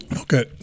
Okay